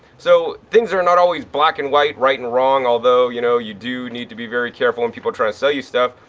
so things are not always black and white, right and wrong, although, you know, you do need to be very careful when people try to sell you stuff.